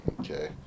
Okay